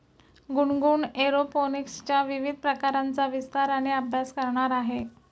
गुनगुन एरोपोनिक्सच्या विविध प्रकारांचा विस्ताराने अभ्यास करणार आहे